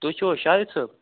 تُہۍ چھُو حظ شاہد صٲب